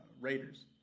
Raiders